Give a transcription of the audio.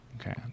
okay